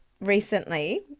recently